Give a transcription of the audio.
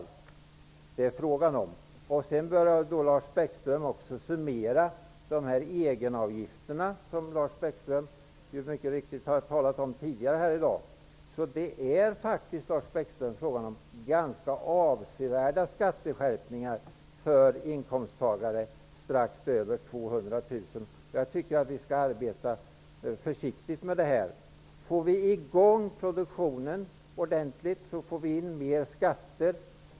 Lars Bäckström bör också summera de egenavgifter som han mycket riktigt har talat om tidigare i dag. Det är faktiskt, Lars Bäckström, fråga om ganska avsevärda skatteskärpningar för dem som har en inkomst strax över 200 000 kr. Jag tycker att vi skall arbeta försiktigt med den här frågan. Om vi får i gång produktionen ordentligt så får vi in mera skatter.